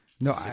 No